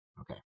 Okay